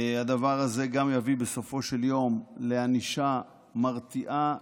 הדבר הזה יביא בסופו של יום לענישה מרתיעה,